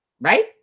right